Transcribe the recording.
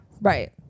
right